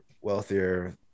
wealthier